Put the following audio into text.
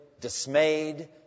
dismayed